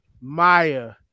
Maya